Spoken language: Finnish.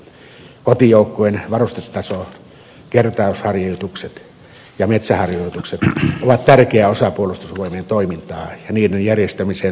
kotijoukkueen varustetaso kertausharjoitukset ja metsäharjoitukset ovat tärkeä osa puolustusvoimien toimintaa ja niiden järjestämiseen tarvitaan resursseja